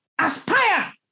aspire